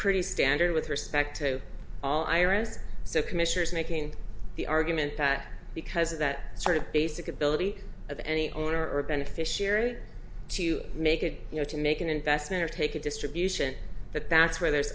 pretty standard with respect to all ira's so commissioners making the argument that because of that sort of basic ability of any owner or beneficiary to make it you know to make an investment or take a distribution that that's where there's